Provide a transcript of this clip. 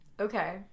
Okay